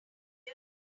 here